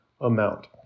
amount